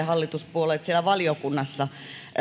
hallituspuolueet siellä valiokunnassa